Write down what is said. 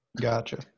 Gotcha